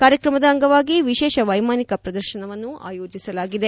ಕಾರ್ಯಕ್ರಮದ ಅಂಗವಾಗಿ ವಿಶೇಷ ವೈಮಾನಿಕ ಪ್ರದರ್ಶನವನ್ನು ಆಯೋಜಿಸಲಾಗಿದೆ